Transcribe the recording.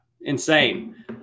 insane